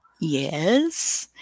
Yes